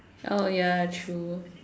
oh ya true